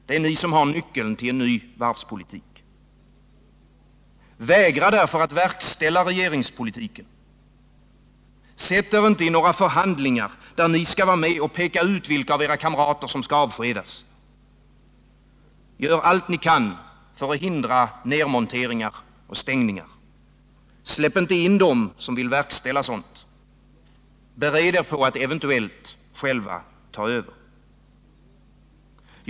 Det är ni som har nyckeln till en ny varvspolitik. Vägra därför att verkställa regeringspolitiken! Sätt er inte i några förhandlingar, där ni skall vara med och peka ut vilka kamrater som skall avskedas! Gör allt ni kan för att hindra nedmonteringar och stängningar! Släpp inte in dem som vill verkställa sådant! Bered er på att eventuellt själva ta över!